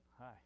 Hi